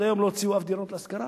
עד היום לא הוציאו שום דירות להשכרה.